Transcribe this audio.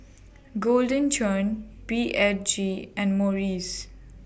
Golden Churn B H G and Morries